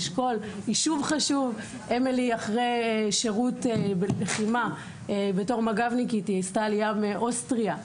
אמילי אחרי שירות במג"ב, היא עשתה עלייה מאוסטריה,